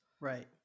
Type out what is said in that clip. right